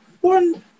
one